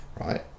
Right